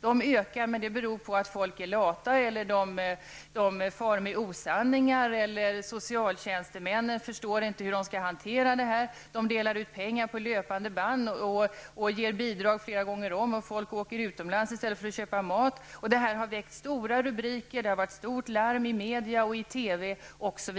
De ökar, men det beror på att folk är lata, att de far med osanning eller att socialtjänstemännen inte förstår hur de skall hantera detta. De delar ut pengar på löpande band och ger bidrag flera gånger om. Folk åker utomlands i stället för att köpa mat. Detta har väckt stora rubriker, det har varit stort larm i media och i TV osv.